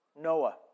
Noah